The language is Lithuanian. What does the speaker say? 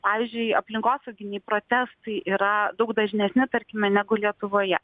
pavyzdžiui aplinkosauginiai protestai yra daug dažnesni tarkime negu lietuvoje